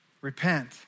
Repent